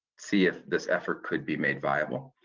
see if this effort could be made viable.